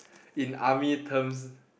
in army terms